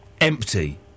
Empty